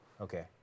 okay